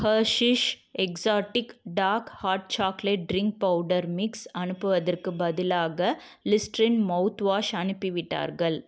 Hershey's exotic dark hot chocolate drink powder mix அனுப்புவதற்குப் பதிலாக Listerine mouthwash அனுப்பிவிட்டார்கள்